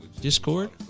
Discord